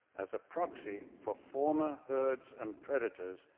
as a proxy for former herds and predators,